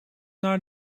naar